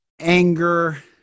anger